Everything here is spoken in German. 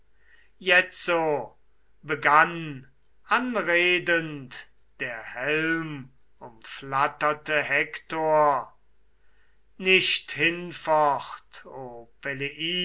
jetzo begann anredend der helmumflatterte hektor nicht hinfort o